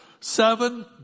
seven